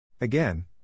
Again